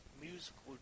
musical